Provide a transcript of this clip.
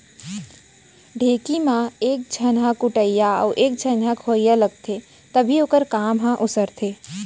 ढेंकी म एक झन ह कुटइया अउ एक झन खोवइया लागथे तभे ओखर काम हर उसरथे